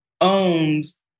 owns